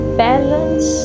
balance